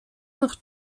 nach